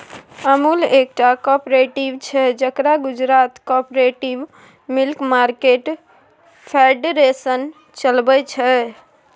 अमुल एकटा कॉपरेटिव छै जकरा Gujarat cooperative milk market federation चलबै छै